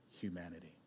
humanity